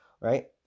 right